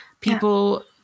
people